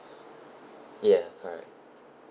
ya correct